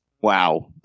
Wow